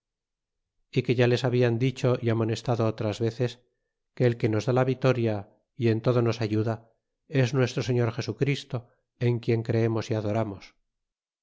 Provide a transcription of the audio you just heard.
é que ya les hablan dicho y amonestado otras veces que el que nos da vitoria y en todo nos ayuda es nuestro señor jesu christo en quien creemos y adorarnos